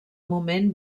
moment